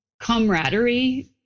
camaraderie